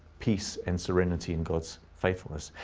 peace and serenity in god's faithfulness.